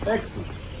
Excellent